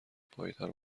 پایدار